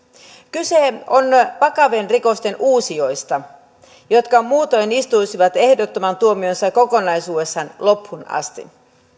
kyse on vakavien rikosten uusijoista jotka muutoin istuisivat ehdottoman tuomionsa kokonaisuudessaan loppuun asti